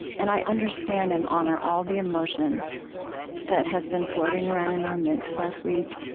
and i understand and honor all the emotion that has been floating around in our midst last week.